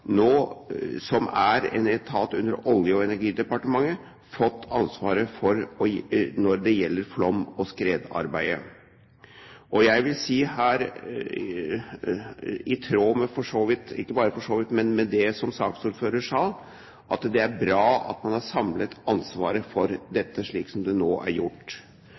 som er en etat under Olje- og energidepartementet, fått ansvaret når det gjelder flom- og skredarbeidet. Jeg vil si, i tråd med det som saksordføreren sa, at det er bra at man har samlet ansvaret for dette, slik man nå har gjort. Men så kommer man til det som det er en smule uenighet om, og som jeg vil kommentere på denne måten: Det er